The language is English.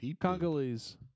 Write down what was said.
Congolese